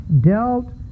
dealt